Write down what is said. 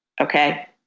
Okay